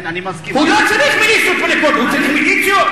הוא לא צריך מיליציות, הליכוד.